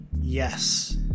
yes